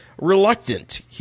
reluctant